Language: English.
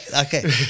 okay